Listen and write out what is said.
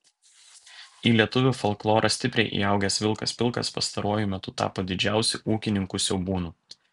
į lietuvių folklorą stipriai įaugęs vilkas pilkas pastaruoju metu tapo didžiausiu ūkininkų siaubūnu